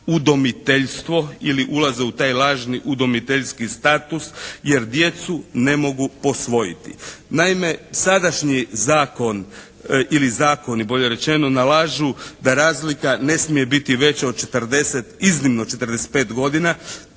udomiteljstvo ili ulaze u taj lažni udomiteljski status jer djecu ne mogu posvojiti. Naime, sadašnji Zakon ili zakoni bolje rečeno nalažu da razlika ne smije biti veća od 40, iznimno 45 godina,